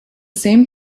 same